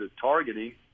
targeting